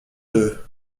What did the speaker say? deux